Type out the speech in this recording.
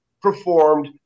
performed